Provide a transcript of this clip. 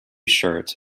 shirt